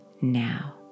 now